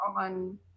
on